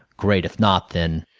great. if not, then,